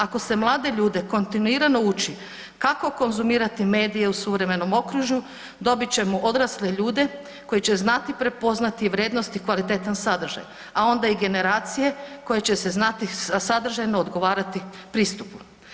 Ako se mlade ljude kontinuirano uči kako konzumirati medije u suvremenom okružju dobit ćemo odrasle ljude koji će znati prepoznati vrijednosti i kvalitetan sadržaj, a onda i generacije koje se znati sadržajno odgovarati pristupu.